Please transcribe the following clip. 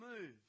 move